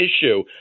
issue